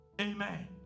Amen